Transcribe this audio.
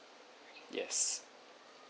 yes